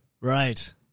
Right